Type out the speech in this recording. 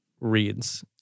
reads